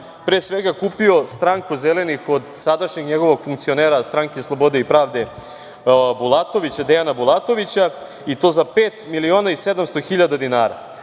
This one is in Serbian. pre svega kupio Stranku zelenih od sadašnjeg njegovog funkcionera Stranke slobode i pravde Dejana Bulatovića i to za 5.700.000 dinara.